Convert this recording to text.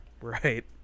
right